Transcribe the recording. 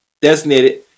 designated